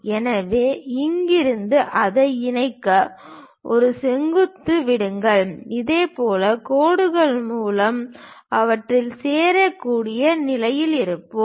எனவே இங்கிருந்து அதை இணைக்க ஒரு செங்குத்தாக விடுங்கள் இதனால் கோடுகள் மூலம் இவற்றில் சேரக்கூடிய நிலையில் இருப்போம்